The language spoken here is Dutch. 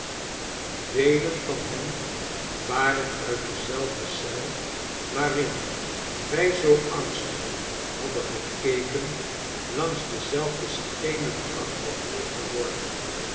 velen van hen waren uit dezelfde eel waarin wij zoo angstig hadden gekeken langs dezelfde steenen gang gevoerd geworden